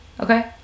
okay